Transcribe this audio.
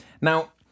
Now